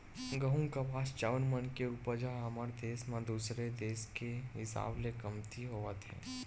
गहूँ, कपास, चाँउर मन के उपज ह हमर देस म दूसर देस के हिसाब ले कमती होवत हे